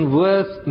worth